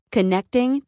Connecting